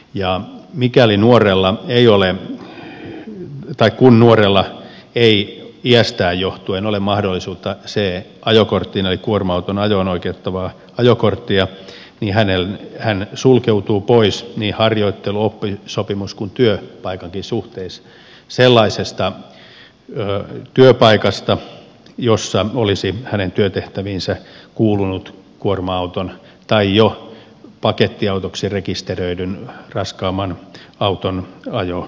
ja mikäli nuorella ei ole tai kun nuorella ei iästään johtuen ole mahdollisuutta c ajokorttiin eli kuorma auton ajoon oikeuttavaan ajokorttiin niin hän sulkeutuu pois niin harjoittelu oppisopimus kuin työpaikankin suhteen sellaisesta työpaikasta jossa hänen työtehtäviinsä olisi kuulunut kuorma auton tai jo pakettiautoksi rekisteröidyn raskaamman auton ajotehtävät